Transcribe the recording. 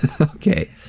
okay